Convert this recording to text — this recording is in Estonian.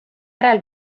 järel